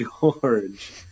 George